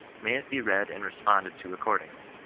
may it be read and responded to accordingly.